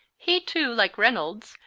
he, too, like reynolds,